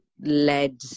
led